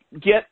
get